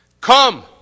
Come